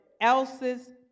else's